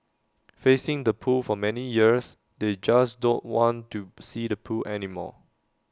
facing the pool for many years they just don't want to see the pool anymore